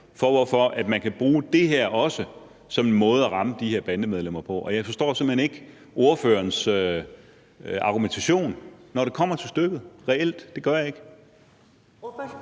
for, hvorfor man også kan bruge det her som en måde at ramme de her bandemedlemmer på. Jeg forstår simpelt hen ikke ordførerens argumentation, når det reelt kommer til stykket – det gør jeg ikke.